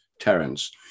Terence